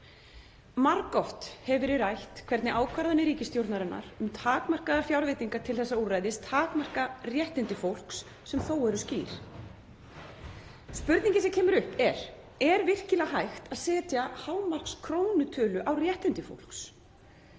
Margoft hefur verið rætt hvernig ákvarðanir ríkisstjórnarinnar um takmarkaðar fjárveitingar til þessa úrræðis takmarka réttindi fólks sem þó eru skýr. Spurningin sem kemur upp er: Er virkilega hægt að setja hámarkskrónutölu á réttindi fólks?